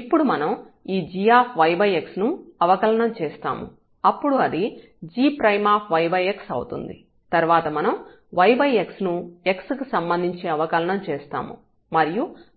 ఇప్పుడు మనం ఈ g ను అవకలనం చేస్తాము అప్పుడు అది g అవుతుంది తర్వాత మనం yx ను x కి సంబంధించి అవకలనం చేస్తాము మరియు దాని విలువ yx2 అవుతుంది